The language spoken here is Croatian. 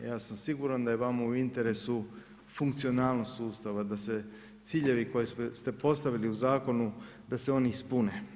Ja sam siguran da je vama u interesu funkcionalnost ustava, da se ciljevi koje ste postave u zakonu da se oni ispune.